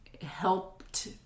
helped